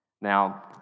Now